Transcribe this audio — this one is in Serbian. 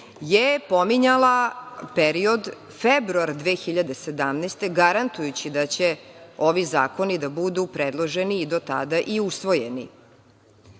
je pominjala period februar 2017. godine, garantujući da će ovi zakoni da budu predloženi i do tada i usvojeni.